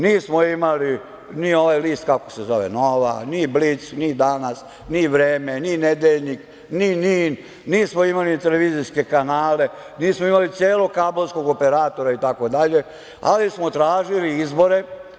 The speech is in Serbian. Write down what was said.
Nismo imali ni ovaj list, kako se zove, „Nova“, ni „Blic“, ni „Danas“, ni „Vreme“, ni „Nedeljnik“, ni „NIN“, nismo imali ni televizijske kanale, nismo imali celog kablovskog operatora, itd, ali smo tražili izbore.